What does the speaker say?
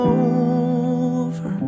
over